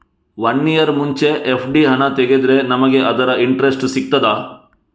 One year ಮುಂಚೆ FD ಹಣ ತೆಗೆದ್ರೆ ನಮಗೆ ಅದರ ಇಂಟ್ರೆಸ್ಟ್ ಸಿಗ್ತದ?